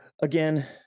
again